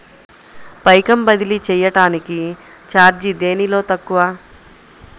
పైకం బదిలీ చెయ్యటానికి చార్జీ దేనిలో తక్కువ?